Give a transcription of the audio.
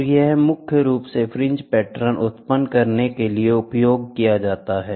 और यह मुख्य रूप से फ्रिंज पैटर्न उत्पन्न करने के लिए उपयोग किया जाता है